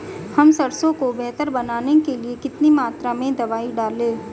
हम सरसों को बेहतर बनाने के लिए कितनी मात्रा में दवाई डालें?